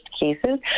cases